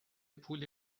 پول